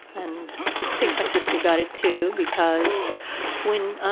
and i think my sister got it too because when,